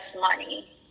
money